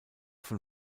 von